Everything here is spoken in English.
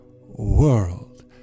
World